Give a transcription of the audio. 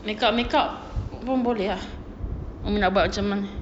makeup makeup pun boleh ah umi nak buat macam